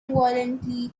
violently